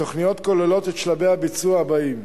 התוכניות כוללות את שלבי הביצוע הבאים: